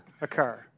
occur